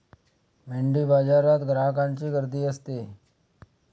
मेंढीबाजारात ग्राहकांची गर्दी असते